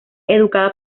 educada